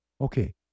Okay